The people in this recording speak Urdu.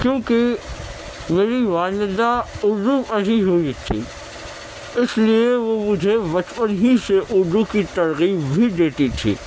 کیونکہ میری والدہ اردو پڑھی ہوئی تھی اس لیے وہ مجھے بچپن ہی سے اردو کی ترغیب بھی دیتی تھی